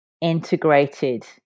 integrated